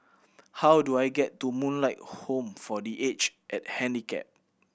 how do I get to Moonlight Home for The Age And Handicap